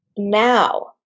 now